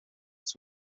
its